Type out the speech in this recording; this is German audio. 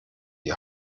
die